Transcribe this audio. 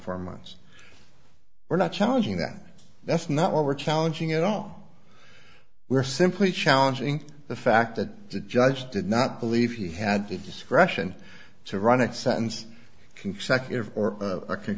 four months we're not challenging that that's not what we're challenging at all we're simply challenging the fact that the judge did not believe he had to discretion to run it sentence consecutive or